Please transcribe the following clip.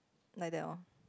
like that orh